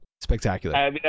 spectacular